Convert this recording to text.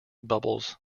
bubbles